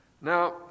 Now